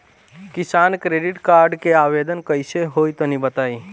किसान credit card के आवेदन कईसे होई तनि बताई?